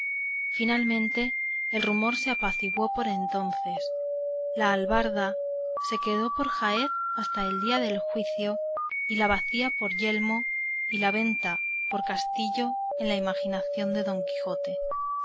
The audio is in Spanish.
finalmente el rumor se apaciguó por entonces la albarda se quedó por jaez hasta el día del juicio y la bacía por yelmo y la venta por castillo en la imaginación de don quijote